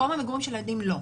מקום המגורים של הילדים, לא.